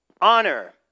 honor